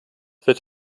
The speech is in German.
wird